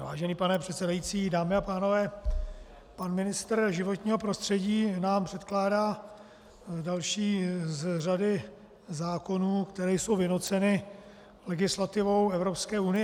Vážený pane předsedající, dámy a pánové, pan ministr životního prostředí nám předkládá další z řady zákonů, které jsou vynuceny legislativou Evropské unie.